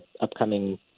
upcoming